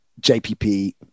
JPP